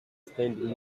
standing